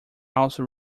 also